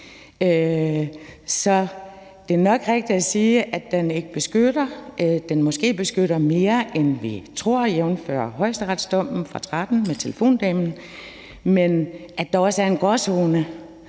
Så det er nok rigtigt at sige, at den ikke beskytter; måske beskytter den mere, end vi tror, jævnfør højesteretsdommen fra 2013 om telefondamen. Men der også er en gråzone,